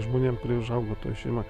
žmonėm kurie užaugo toj šeimoj